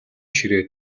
ширээ